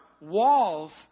walls